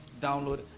Download